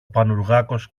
πανουργάκος